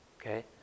okay